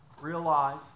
realize